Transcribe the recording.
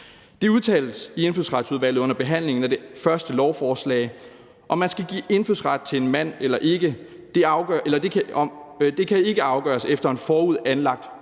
Det blev udtalt i Indfødsretsudvalget under behandlingen af det første lovforslag: Om man skal give indfødsret til en mand eller ikke, kan ikke afgøres efter en forud anlagt målestok.